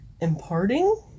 imparting